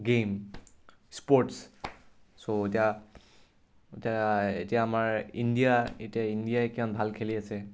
game sports চ' এতিয়া এতিয়া এতিয়া আমাৰ ইণ্ডিয়া এতিয়া ইণ্ডিয়াই কিমান ভাল খেলি আছে